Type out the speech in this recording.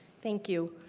thank you.